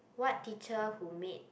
what teacher who made